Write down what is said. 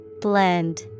Blend